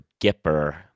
Gipper